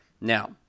Now